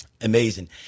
Amazing